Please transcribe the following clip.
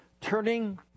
turning